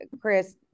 Chris